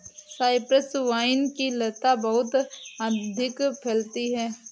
Cyprus vine की लता बहुत अधिक फैलती है